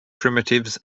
primitives